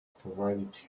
provided